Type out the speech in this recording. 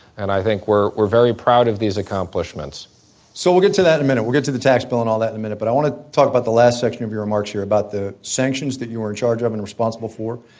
and i think we're we're very proud of these accomplishments so we'll get to that in a minute. we'll get to the tax bill and all that in a minute. but i want to talk about the last section of your remarks here about the sanctions that you are in charge of and responsible for,